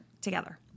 together